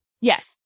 Yes